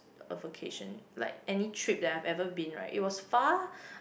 a vacation like any trip that I've ever been right it was far